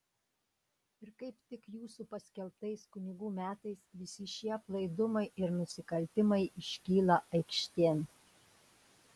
ir kaip tik jūsų paskelbtais kunigų metais visi šie aplaidumai ir nusikaltimai iškyla aikštėn